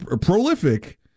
prolific